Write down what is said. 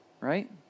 right